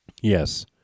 Yes